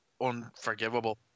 unforgivable